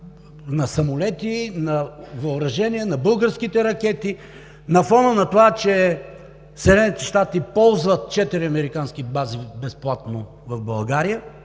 на самолети, на въоръжения, на българските ракети, на фона на това, че Съединените щати ползват четири американски бази безплатно в България,